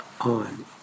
on